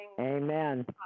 Amen